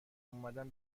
اومدم